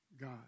God